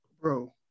Bro